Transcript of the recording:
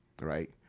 right